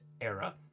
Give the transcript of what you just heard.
era